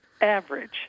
Average